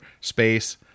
space